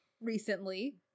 recently